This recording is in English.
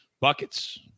Buckets